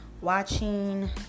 watching